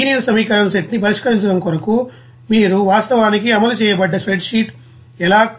ఈ లీనియర్ సమీకరణం సెట్ ని పరిష్కరించడం కొరకు మీరు వాస్తవానికి అమలు చేయబడ్డ స్ప్రెడ్ షీట్ ఎలా